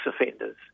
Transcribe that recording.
offenders